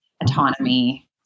autonomy